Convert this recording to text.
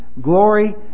glory